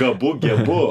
gabu gebu